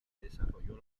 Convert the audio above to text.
desarrolló